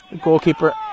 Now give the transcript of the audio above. goalkeeper